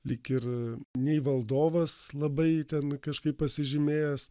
lyg ir nei valdovas labai ten kažkaip pasižymėjęs